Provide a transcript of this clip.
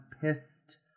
pissed